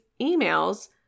emails